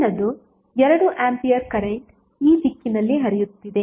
ಮುಂದಿನದು 2 A current ಈ ದಿಕ್ಕಿನಲ್ಲಿ ಹರಿಯುತ್ತಿದೆ